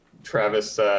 Travis